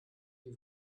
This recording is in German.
die